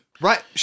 right